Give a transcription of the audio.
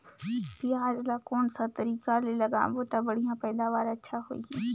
पियाज ला कोन सा तरीका ले लगाबो ता बढ़िया पैदावार अच्छा होही?